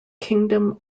kingdom